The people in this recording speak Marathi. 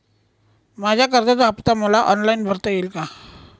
माझ्या कर्जाचा हफ्ता मला ऑनलाईन भरता येईल का?